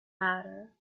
matter